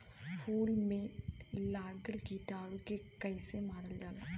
फूल में लगल कीटाणु के कैसे मारल जाला?